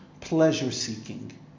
pleasure-seeking